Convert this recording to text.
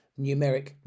numeric